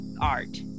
art